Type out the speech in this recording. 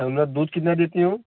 सब ना दूध कितना देती हैं वे